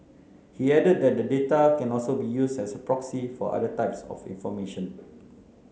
he added that the data can also be used as a proxy for other types of information